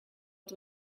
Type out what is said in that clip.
het